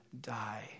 die